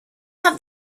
have